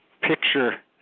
picture